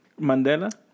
Mandela